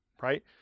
right